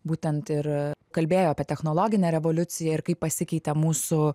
būtent ir kalbėjo apie technologinę revoliuciją ir kaip pasikeitė mūsų